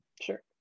Sure